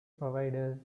providers